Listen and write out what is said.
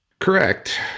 Correct